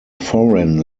foreign